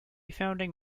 founding